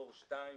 דור 2,